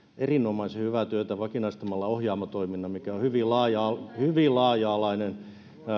erinomaisen hyvää työtä vakinaistamalla ohjaamotoiminnan mikä on hyvin laaja alainen